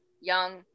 young